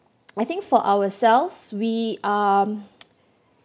I think for ourselves we um